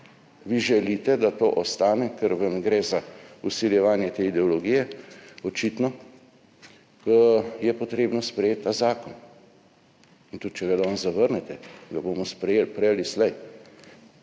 Vi želite, da to ostane, kar vam gre za vsiljevanje te ideologije, očitno je treba sprejeti ta zakon. Tudi če ga danes zavrnete, ga bomo prej ali slej